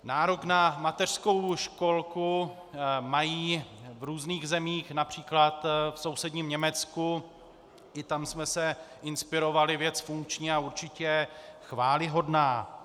Nárok na mateřskou školku mají v různých zemích, například v sousedním Německu, i tam jsme se inspirovali, věc funkční a určitě chvályhodná.